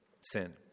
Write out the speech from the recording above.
Sin